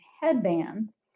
headbands